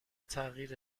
تغییر